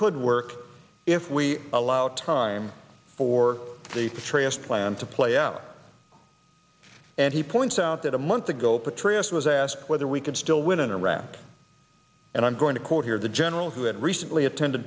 could work if we allow time for the transplant to play out and he points out that a month ago patrice was asked whether we can still win in iraq and i'm going to quote here the general who had recently attend